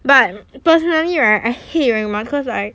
but personally right I hate wearing mask because like